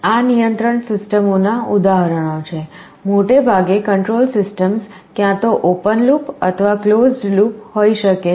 આ નિયંત્રણ સિસ્ટમોનાં ઉદાહરણો છે મોટે ભાગે કંટ્રોલ સિસ્ટમ્સ ક્યાં તો ઓપન લૂપ અથવા કલોઝડ લૂપ હોઈ શકે છે